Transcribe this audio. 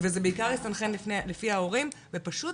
זה בעיקר הסתנכרן לפי ההורים ופשוט